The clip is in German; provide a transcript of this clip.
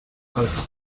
als